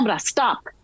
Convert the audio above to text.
stop